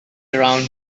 around